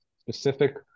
specific